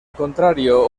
contrario